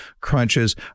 crunches